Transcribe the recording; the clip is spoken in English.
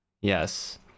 Yes